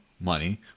money